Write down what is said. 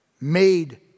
made